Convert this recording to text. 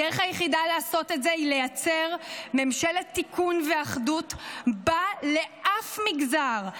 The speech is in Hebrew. הדרך היחידה לעשות את זה היא לייצר ממשלת תיקון ואחדות שבה לאף מגזר,